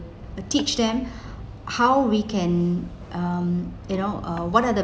uh teach them how we can um you know uh what are the